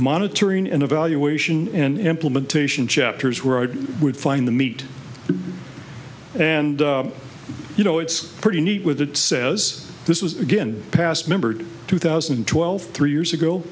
monitoring and evaluation and implementation chapters where i would find the meat and you know it's pretty neat with that says this was again passed membered two thousand and twelve three years ago